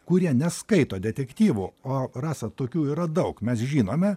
kurie neskaito detektyvų o rasa tokių yra daug mes žinome